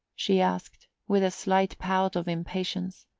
she asked, with a slight pout of impatience.